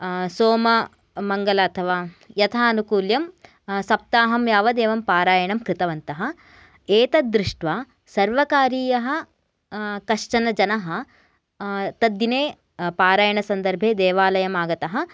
सोममङ्गल अथवा यथा अनुकूल्यं सप्ताहं यावत् एवं पारायणं कृतवन्तः एतत् दृष्ट्वा सर्वकारीयः कश्चनजनः तद्दिने पारायणसन्दर्भे देवालयम् आगतः